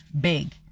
big